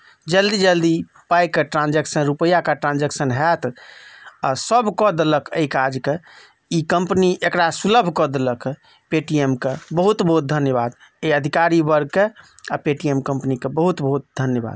जल्दी जल्दी पाई के ट्रांजेक्शन रुपआके ट्रांजेक्शन होयत आ सब कऽ देलक एहि काज के ई कम्पनी एकरा सुलभ कऽ देलक पे टी एम कऽ बहुत बहुत धन्यवाद अहि अधिकारी वर्गकेँ आ पे टी एम कंपनी केँ बहुत बहुत धन्यवाद